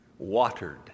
Watered